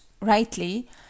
rightly